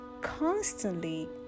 constantly